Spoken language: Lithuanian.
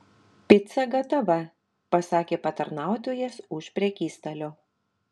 pica gatava pasakė patarnautojas už prekystalio